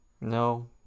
No